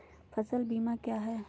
फ़सल बीमा क्या है?